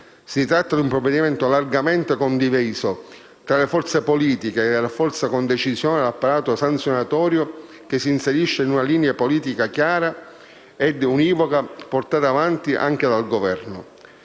Si tratta di un provvedimento largamente condiviso tra le forze politiche, che rafforza con decisione l'apparato sanzionatorio e si inserisce in una linea politica chiara e univoca portata avanti anche dal Governo.